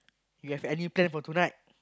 you have any plan for tonight